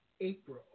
April